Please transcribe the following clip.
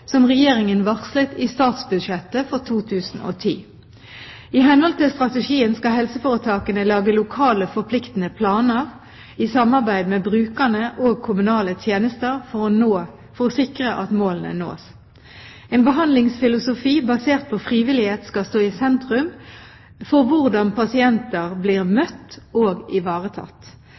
som Regjeringen varslet i statsbudsjettet for 2010. I henhold til strategien skal helseforetakene lage lokale forpliktende planer i samarbeid med brukerne og kommunale tjenester for å sikre at målene nås. En behandlingsfilosofi basert på frivillighet skal stå i sentrum for hvordan pasienter blir møtt og ivaretatt.